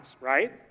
right